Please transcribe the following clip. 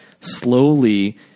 slowly